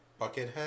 Buckethead